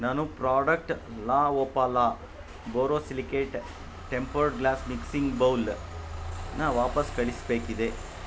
ನಾನು product La Opala borosilicate tempered glass mixing ಬೌಲನ್ನ ವಾಪಸ್ ಕಳಿಸಬೇಕಿದೆ